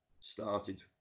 started